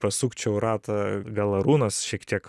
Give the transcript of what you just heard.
pasukčiau ratą gal arūnas šiek tiek